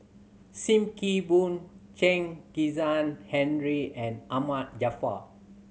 Sim Kee Boon Chen Kezhan Henri and Ahmad Jaafar